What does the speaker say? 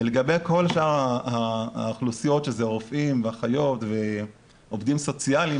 ולגבי כל שאר האוכלוסיות שזה רופאים ואחיות ועובדים סוציאליים,